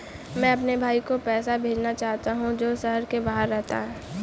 मैं अपने भाई को पैसे भेजना चाहता हूँ जो शहर से बाहर रहता है